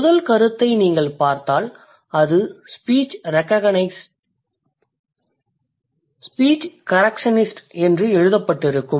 முதல் கருத்தை நீங்கள் பார்த்தால் அது ஸ்பீச் கரெக்சனிஸ்ட் என்று எழுதப்பட்டிருக்கும்